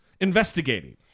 investigating